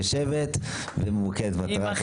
היא יושבת וממוקדת מטרה.